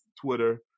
twitter